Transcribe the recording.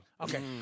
Okay